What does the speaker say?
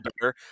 better